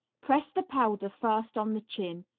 press the powder first on the chin.